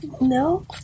No